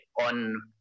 on